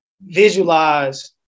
visualize